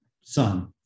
son